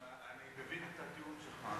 אני מבין את הטיעון שלך.